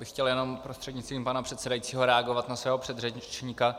Chtěl bych jenom prostřednictvím pana předsedajícího reagovat na svého předřečníka.